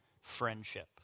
friendship